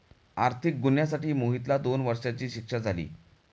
आर्थिक गुन्ह्यासाठी मोहितला दोन वर्षांची शिक्षा झाली